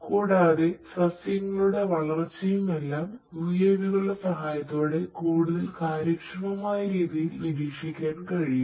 കൂടാതെ സസ്യങ്ങളുടെ വളർച്ചയുമെല്ലാം യുഎവികളുടെ സഹായത്തോടെ കൂടുതൽ കാര്യക്ഷമമായ രീതിയിൽ നിരീക്ഷിക്കാൻ കഴിയും